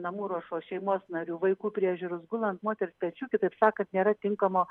namų ruošos šeimos narių vaikų priežiūros gula ant moters pečių kitaip sakant nėra tinkamo